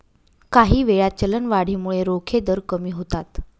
काहीवेळा, चलनवाढीमुळे रोखे दर कमी होतात